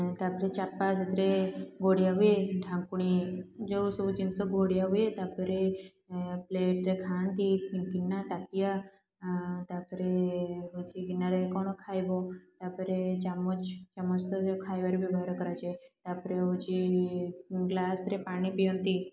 ତା'ପରେ ଚାପା ସେଥିରେ ଘୋଡ଼ିଆ ହୁଏ ଢାଙ୍କୁଣି ଯେଉଁସବୁ ଜିନିଷ ଘୋଡ଼ିଆ ହୁଏ ତା'ପରେ ପ୍ଲେଟ୍ରେ ଖାଆନ୍ତି ଗିନା ତାଟିଆ ତା'ପରେ ହେଉଛି ଗିନାରେ କ'ଣ ଖାଇବ ତାପରେ ଚାମଚ ଚାମଚ ତ ଯେଉଁ ଖାଇବାରେ ବ୍ୟବହାର କରାଯାଏ ତା'ପରେ ହେଉଛି ଗ୍ଲାସ୍ରେ ପାଣି ପିଅନ୍ତି